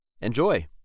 Enjoy